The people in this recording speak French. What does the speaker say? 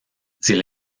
dit